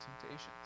temptations